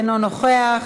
אינו נוכח,